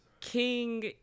king